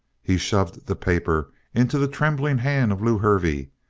he shoved the paper into the trembling hand of lew hervey,